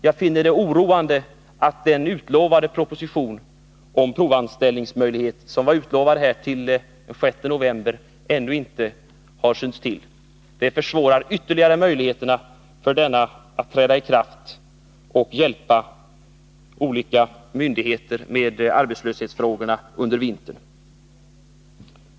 Jag finner det oroande att den proposition om provanställning som var utlovad till den 6 november ännu inte lagts fram. Det försvårar ytterligare möjligheterna för detta system att träda i kraft under vintern.